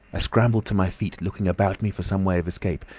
i scrambled to my feet, looking about me for some way of escape,